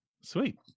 Sweet